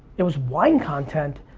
it was wine content,